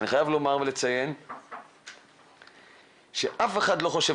אני חייב לומר ולציין שאף אחד לא חושב